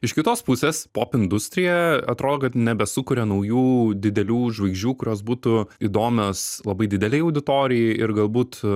iš kitos pusės popindustrija atrodo kad nebesukuria naujų didelių žvaigždžių kurios būtų įdomios labai didelei auditorijai ir galbūt